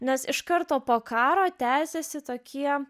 nes iš karto po karo tęsėsi tokie